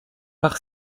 par